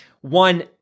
one